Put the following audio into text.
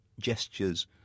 gestures